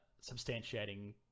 substantiating